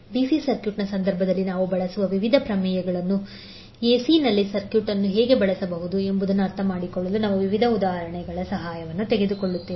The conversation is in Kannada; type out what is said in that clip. ಡಿಸಿ ಸರ್ಕ್ಯೂಟ್ನ ಸಂದರ್ಭದಲ್ಲಿ ನಾವು ಬಳಸುವ ವಿವಿಧ ಪ್ರಮೇಯಗಳನ್ನು ac ನಲ್ಲಿ ಸರ್ಕ್ಯೂಟ್ ಅನ್ನು ಹೇಗೆ ಬಳಸಿಕೊಳ್ಳಬಹುದು ಎಂಬುದನ್ನು ಅರ್ಥಮಾಡಿಕೊಳ್ಳಲು ನಾವು ವಿವಿಧ ಉದಾಹರಣೆಗಳ ಸಹಾಯವನ್ನು ತೆಗೆದುಕೊಳ್ಳುತ್ತೇವೆ